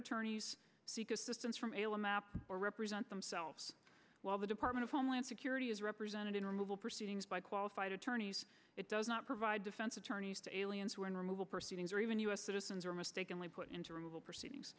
attorneys seek assistance from ala map or represent themselves while the department of homeland security is represented in removal proceedings by qualified attorneys it does not provide defense attorneys to aliens who are in removal proceedings or even u s citizens are mistakenly put into removal proceedings